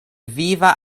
viva